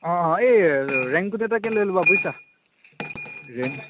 অ' এই ৰেইনকোট এটাকে লৈ ল'বা বুজিছা ৰেইন